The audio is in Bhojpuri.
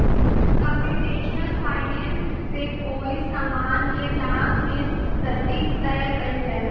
कंप्यूटेशनल फाइनेंस से कोई समान के दाम के सटीक तय कईल जाला